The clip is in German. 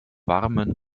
warmen